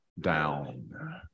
down